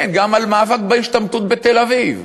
כן, גם על מאבק בהשתמטות בתל-אביב.